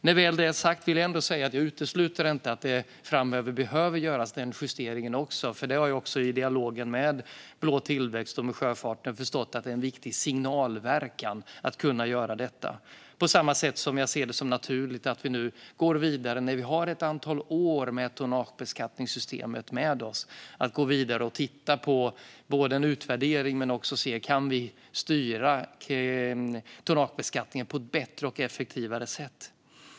När det väl är sagt vill jag ändå säga att jag inte utesluter att även den justeringen behöver göras framöver. Jag har i dialogen med Blå tillväxt och sjöfarten förstått att det har en viktig signalverkan att kunna göra detta. På samma sätt ser jag det som naturligt att vi nu, när vi har ett antal år med tonnagebeskattningssystemet med oss, går vidare och tittar på en utvärdering och på om vi kan styra tonnagebeskattningen på ett bättre och effektivare sätt.